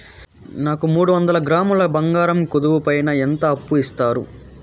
నాకు మూడు వందల గ్రాములు బంగారం కుదువు పైన ఎంత అప్పు ఇస్తారు?